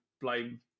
blame